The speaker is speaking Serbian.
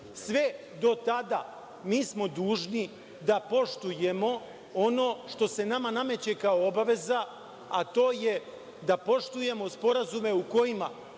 Sve do tada mi smo dužni da poštujemo ono što se nama nameće kao obaveza, a to je da poštujemo sporazume u kojima